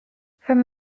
from